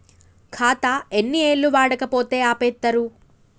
ఖాతా ఎన్ని ఏళ్లు వాడకపోతే ఆపేత్తరు?